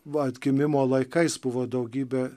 va atgimimo laikais buvo daugybė